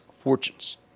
fortunes